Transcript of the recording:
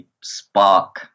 spark